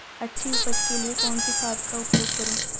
अच्छी उपज के लिए कौनसी खाद का उपयोग करूं?